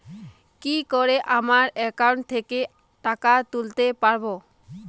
কি করে আমার একাউন্ট থেকে টাকা তুলতে পারব?